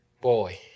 boy